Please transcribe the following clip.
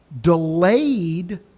delayed